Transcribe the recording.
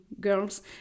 girls